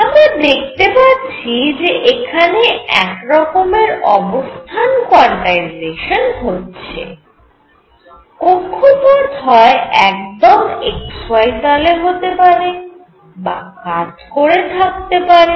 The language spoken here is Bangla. আমরা দেখতে পাচ্ছি যে এখানে একরকমের অবস্থান কোয়ান্টাইজেশান হচ্ছে কক্ষপথ হয় একদম x y তলে হতে পারে বা কাত করে থাকতে পারে